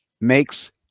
makes